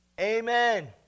Amen